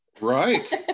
Right